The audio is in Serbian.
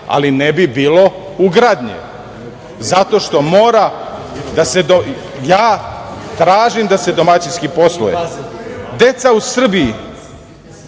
ali ne bi bilo ugradnje, jer mora da se, ja tražim da se domaćinski posluje. Deca u Srbiji